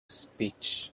speech